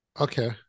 Okay